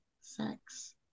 sex